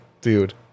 dude